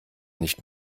nicht